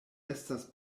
estas